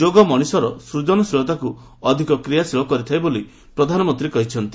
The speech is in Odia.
ଯୋଗ ମଣିଷର ସୂଜନଶୀଳତାକୁ ଅଧିକ କ୍ରୀୟାଶୀଳ କରିଥାଏ ବୋଲି ପ୍ରଧାନମନ୍ତୀ କହିଛନ୍ତି